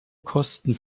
kosten